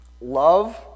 Love